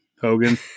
hogan